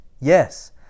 yes